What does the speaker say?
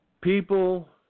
People